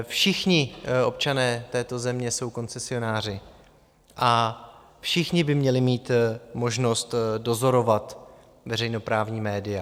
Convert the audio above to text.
Všichni občané této země jsou koncesionáři a všichni by měli mít možnost dozorovat veřejnoprávní média.